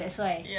that's why